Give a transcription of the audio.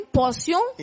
portion